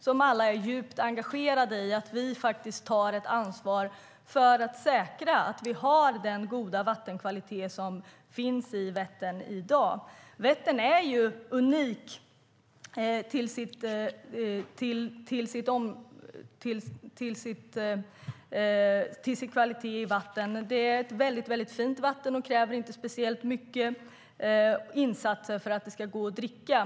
De är alla djupt engagerade i att vi tar ett ansvar för att säkra den goda vattenkvalitet som finns i Vättern i dag. Vättern är unik när det gäller vattenkvalitet. Det är ett väldigt fint vatten som inte kräver speciellt mycket insatser för att det ska gå att dricka.